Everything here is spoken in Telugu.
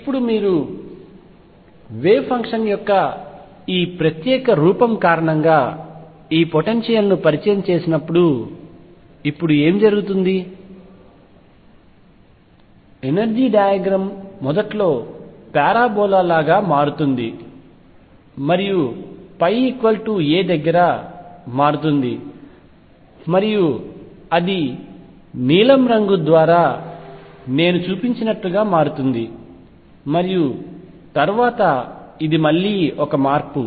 ఇప్పుడు మీరు వేవ్ ఫంక్షన్ యొక్క ఈ ప్రత్యేక రూపం కారణంగా ఈ పొటెన్షియల్ ను ఇచ్చినప్పుడు ఏమి జరుగుతుంది ఎనర్జీ డయాగ్రామ్ మొదట్లో పారాబోలా లాగా మారుతుంది మరియు తరువాత πa దగ్గర మారుతుంది మరియు అది నీలం రంగు ద్వారా నేను చూపించినట్లుగా మారుతుంది మరియు తరువాత ఇది మళ్ళీ ఒక మార్పు